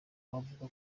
wavuga